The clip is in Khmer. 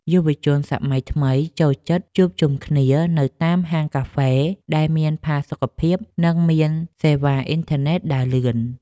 យុវជនសម័យថ្មីចូលចិត្តជួបជុំគ្នានៅតាមហាងកាហ្វេដែលមានផាសុកភាព និងមានសេវាអ៊ីនធឺណិតដើរលឿន។